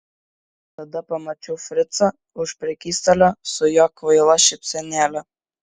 tada pamačiau fricą už prekystalio su jo kvaila šypsenėle